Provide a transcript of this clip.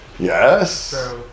Yes